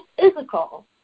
physical